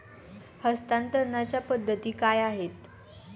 हस्तांतरणाच्या पद्धती काय आहेत?